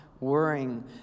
worrying